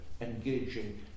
engaging